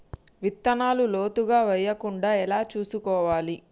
విత్తనాలు లోతుగా వెయ్యకుండా ఎలా చూసుకోవాలి?